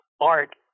art